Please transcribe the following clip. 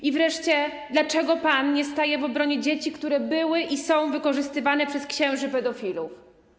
I wreszcie dlaczego pan nie staje w obronie dzieci, które były i są wykorzystywane przez księży pedofilów?